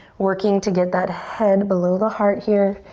working to get that head below the heart here.